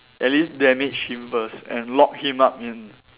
at least damage him first and lock him up in